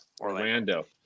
Orlando